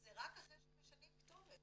זה רק אחרי שהם משנים כתובת